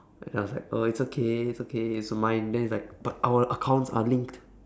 then I was like uh it's okay okay it's mine then he's like but our accounts are linked